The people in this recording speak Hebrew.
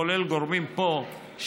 כולל גורמים פה,